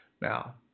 Now